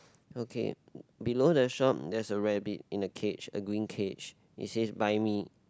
okay below the shop there's a rabbit in a cage a green cage it says buy me